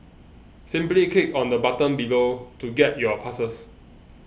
simply click on the button below to get your passes